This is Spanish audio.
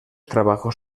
trabajos